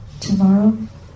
Tomorrow